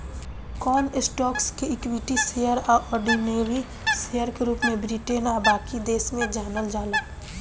कवन स्टॉक्स के equity share आ ऑर्डिनरी शेयर के रूप में ब्रिटेन आ बाकी देश में जानल जाला